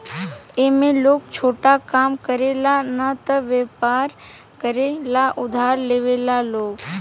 ए में लोग छोटा काम करे ला न त वयपर करे ला उधार लेवेला लोग